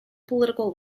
political